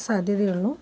സാധ്യതയുള്ളൂ